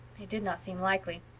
it did not seem likely.